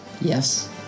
Yes